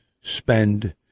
spend